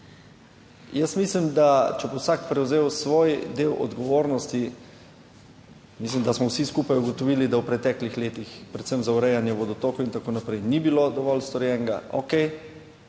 Jaz mislim, da če bo vsak prevzel svoj del odgovornosti. Mislim, da smo vsi skupaj ugotovili, da v preteklih letih predvsem za urejanje vodotokov in tako naprej ni bilo dovolj storjenega,